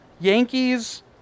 Yankees